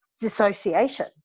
dissociation